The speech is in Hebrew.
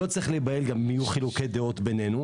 לא צריך להיבהל אם יהיו חילוקי דעות ביננו.